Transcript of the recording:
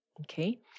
Okay